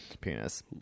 penis